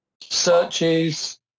Searches